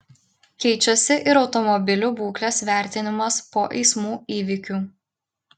keičiasi ir automobilių būklės vertinimas po eismų įvykių